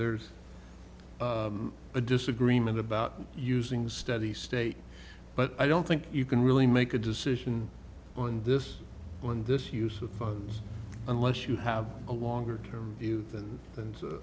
there's a disagreement about using steady state but i don't think you can really make a decision on this when this use of funds unless you have a longer term view and